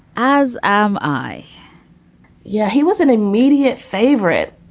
as am i yeah, he was an immediate favorite.